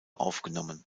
aufgenommen